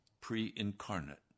pre-incarnate